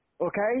Okay